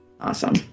Awesome